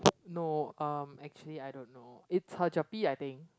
no um actually I don't know it's her gerpe I think